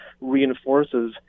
reinforces